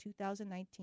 2019